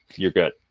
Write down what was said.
you're good.